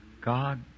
God